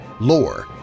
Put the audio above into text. lore